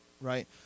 right